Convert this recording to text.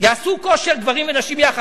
יעשו כושר גברים ונשים יחד.